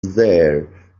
there